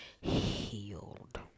healed